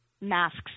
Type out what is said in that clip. masks